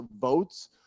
votes